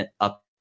up